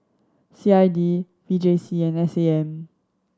C I D V J C and S A M